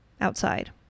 outside